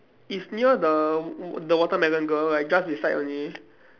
it's near the the watermelon girl right just beside only